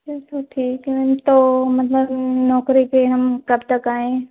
चलो ठीक है मैम तो मतलब नौकरी पर हम कब तक आएँ